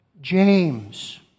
James